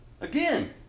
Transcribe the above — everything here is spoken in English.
Again